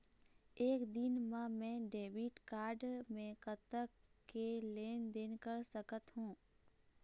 एक दिन मा मैं डेबिट कारड मे कतक के लेन देन कर सकत हो?